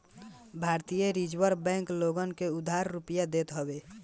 भारतीय reserve bank लोगन के उधार रुपिया देत हवे